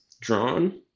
drawn